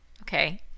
Okay